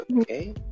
okay